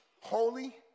Holy